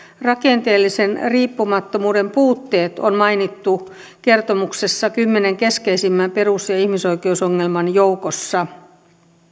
rakenteellisen riippumattomuuden puutteet on mainittu kertomuksessa kymmenen keskeisimmän perus ja ihmisoikeusongelman joukossa